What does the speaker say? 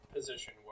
position